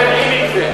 חברים, זה זאב.